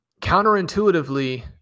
counterintuitively